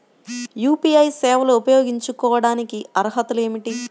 UPI సేవలు ఉపయోగించుకోటానికి అర్హతలు ఏమిటీ?